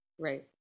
Right